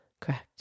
Correct